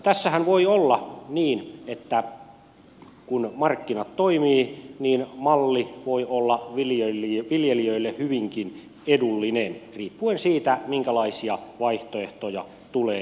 tässähän voi olla niin että kun markkinat toimivat niin malli voi olla viljelijöille hyvinkin edullinen riippuen siitä minkälaisia vaihtoehtoja tulee tarjolle